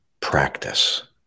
practice